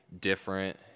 different